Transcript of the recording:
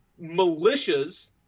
militias